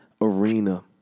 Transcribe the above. arena